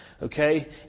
Okay